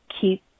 keep